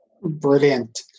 Brilliant